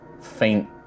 faint